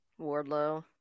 Wardlow